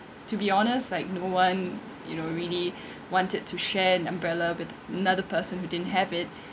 to be honest like no one you know really wanted to share an umbrella with another person who didn't have it